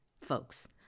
folks